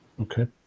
okay